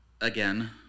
again